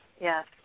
yes